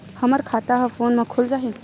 हमर खाता ह फोन मा खुल जाही?